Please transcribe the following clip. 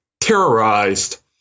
terrorized